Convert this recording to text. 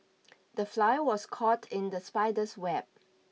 the fly was caught in the spider's web